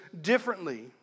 differently